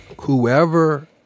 whoever